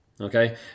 okay